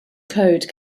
code